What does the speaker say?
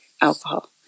alcohol